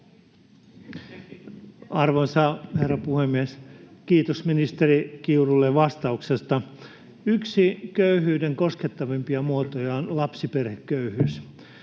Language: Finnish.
Arvoisa herra puhemies! Kiitos ministeri Kiurulle vastauksesta. Yksi köyhyyden koskettavimpia muotoja on lapsiperheköyhyys.